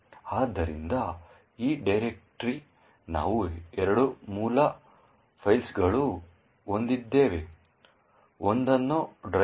ಆದ್ದರಿಂದ ಈ ಡೈರೆಕ್ಟರಿಯಲ್ಲಿ ನಾವು ಎರಡು ಮೂಲ ಫೈಲ್ಗಳನ್ನು ಹೊಂದಿದ್ದೇವೆ ಒಂದನ್ನು driver